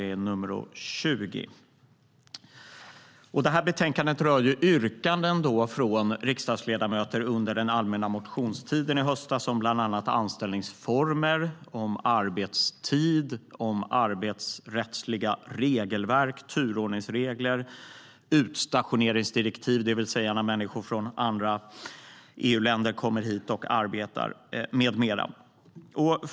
Detta betänkande rör yrkanden från riksdagsledamöter under den allmänna motionstiden i höstas om bland annat anställningsformer, arbetstid, arbetsrättsliga regelverk, turordningsregler, utstationeringsdirektiv, som handlar om när människor från andra EU-länder kommer hit och arbetar, med mera.